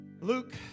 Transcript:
Luke